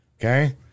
okay